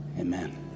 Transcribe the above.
Amen